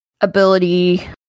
ability